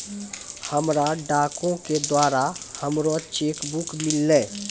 हमरा डाको के द्वारा हमरो चेक बुक मिललै